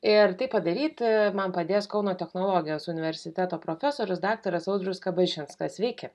ir tai padaryti man padės kauno technologijos universiteto profesorius daktaras audrius kabašinskas sveiki